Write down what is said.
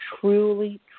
truly